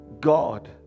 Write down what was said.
God